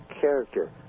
character